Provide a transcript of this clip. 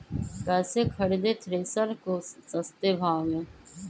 कैसे खरीदे थ्रेसर को सस्ते भाव में?